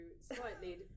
slightly